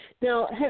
Now